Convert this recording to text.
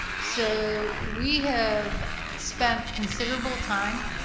so we have spent considerable time,